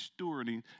stewarding